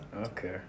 okay